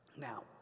Now